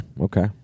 okay